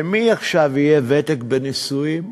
למי עכשיו יהיה ותק בנישואים?